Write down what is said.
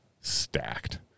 stacked